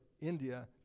India